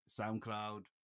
SoundCloud